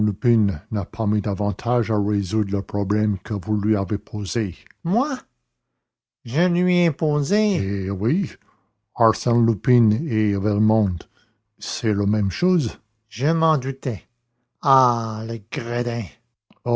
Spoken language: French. n'a pas mis davantage à résoudre le problème que vous lui avez posé moi je lui ai posé eh oui arsène lupin et velmont c'est la même chose je m'en doutais ah